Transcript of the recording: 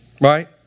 Right